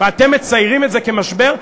אתם מציירים את זה כמשבר,